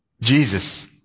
Jesus